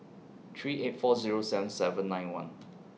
three eight four Zero seven seven nine one